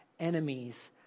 Enemies